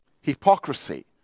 Hypocrisy